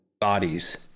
bodies